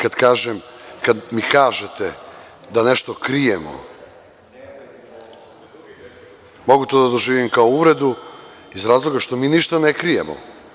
Kada mi kažete da nešto krijemo, mogu to da doživim kao uvredu iz razloga što mi ništa ne krijemo.